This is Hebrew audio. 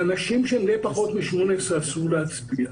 לאנשים שהם בני פחות מ-18 אסור להצביע,